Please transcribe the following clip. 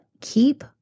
keep